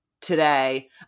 today